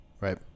Right